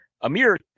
Amir